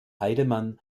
heidemann